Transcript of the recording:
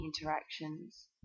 interactions